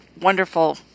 wonderful